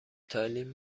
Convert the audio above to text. تالین